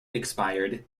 expired